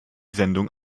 sendung